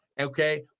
Okay